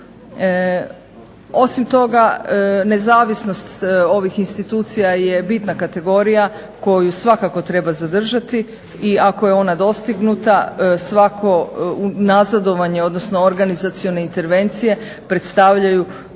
Osim toga, nezavisnost ovih institucija je bitna kategorija koju svakako treba zadržati i ako je ona dostignuta svako nazadovanje, odnosno organizacione intervencije predstavljaju